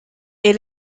est